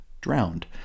drowned